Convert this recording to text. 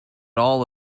all